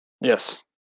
Yes